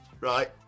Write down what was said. Right